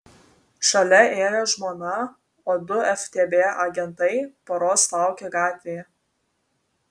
šalia ėjo žmona o du ftb agentai poros laukė gatvėje